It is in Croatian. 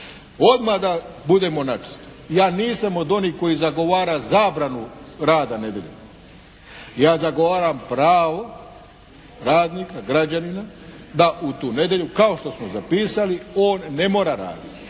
Odmah da budemo načisto. Ja nisam od onih koji zagovara zabranu rada nedjeljom. Ja zagovaram pravo radnika, građanina da u tu nedjelju kao što smo zapisali on ne mora raditi